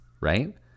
right